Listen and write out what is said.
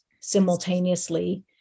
simultaneously